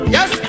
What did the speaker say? Yes